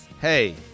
Hey